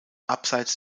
abseits